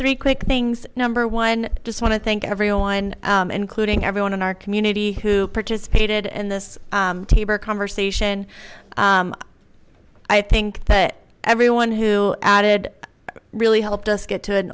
three quick things number one just want to thank everyone including everyone in our community who participated in this taber conversation i think that everyone who added really helped us get to an